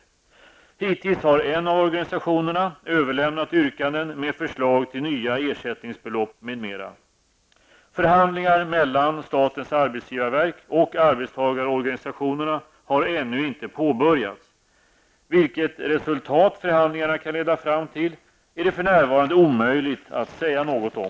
Hittills har en av organisationerna överlämnat yrkanden med förslag till nya ersättningsbelopp m.m. Förhandlingar mellan SAV och arbetstagarorganisationerna har ännu inte påbörjats. Vilket resultat förhandlingarna kan leda fram till är det för närvarande omöjligt att säga något om.